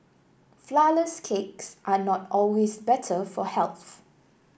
flourless cakes are not always better for health